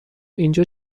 اینجا